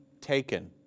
taken